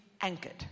anchored